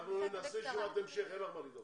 שאתה מוכיח שאתה מסוגל לעבוד.